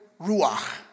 ruach